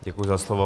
Děkuji za slovo.